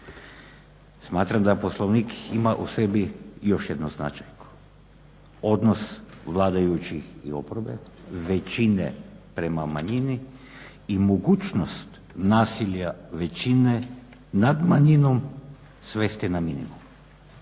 Smatram da Poslovnik ima u sebi još jedan značajan odnos vladajućih i oporbe, većine prema manjini i mogućnost nasilja većine nad manjinom svesti na minimum.